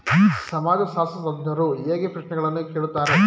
ಸಮಾಜಶಾಸ್ತ್ರಜ್ಞರು ಹೇಗೆ ಪ್ರಶ್ನೆಗಳನ್ನು ಕೇಳುತ್ತಾರೆ?